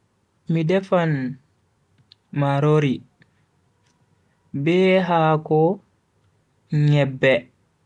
Mi defan marori be haako nyebbe.